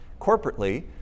corporately